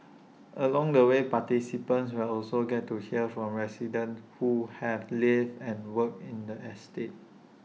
along the way participants will also get to hear from residents who have lived and worked in the estate